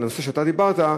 הנושא שאתה דיברת עליו,